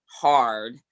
hard